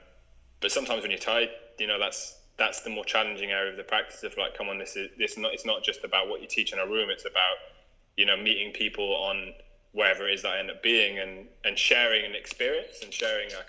but sometimes when you're tight, do you know that's that's the more challenging out of the practices like come on this is it's not it's not just about what you teach in a room it's about you know, meeting people on wherever is i end up being and and sharing an experience and showing